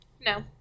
No